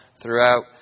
throughout